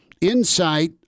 insight